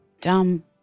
dumb